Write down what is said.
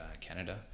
Canada